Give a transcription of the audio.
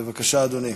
בבקשה, אדוני.